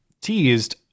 teased